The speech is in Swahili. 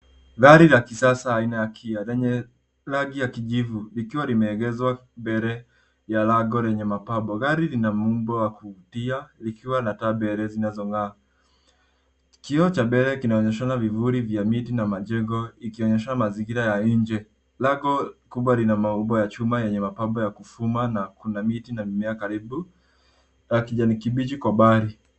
Gari la kisasa aina ya Kia, lenye rangi ya kijivu likiwa limeegezwa mbele ya lango lenye mapambo. Gari lina muundo wa kuvutia likiwa na taa mbele zinazong'aa. Kioo cha mbele kinaonyeshana vivuli vya miti na majengo ikionyesha mazingira ya nje. Lango kubwa lina maumbo ya chuma, yenye mapambo ya kuvuma, na kuna miti na mimea karibu, na kijani kibichi kwa mbali.